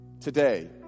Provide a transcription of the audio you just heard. Today